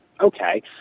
Okay